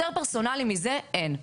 יותר פרסונלי מזה אין.